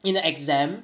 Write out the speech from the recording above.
in the exam